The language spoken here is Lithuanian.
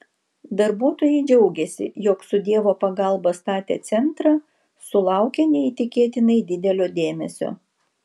darbuotojai džiaugėsi jog su dievo pagalba statę centrą sulaukia neįtikėtinai didelio dėmesio